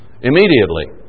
immediately